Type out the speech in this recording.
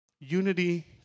Unity